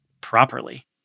properly